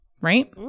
Right